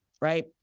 right